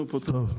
טוב.